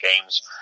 games